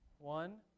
One